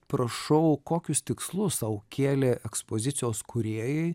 prašau kokius tikslus sau kėlė ekspozicijos kūriejai